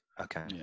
Okay